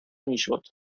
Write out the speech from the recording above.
میشد